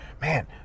man